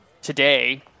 Today